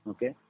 Okay